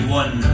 one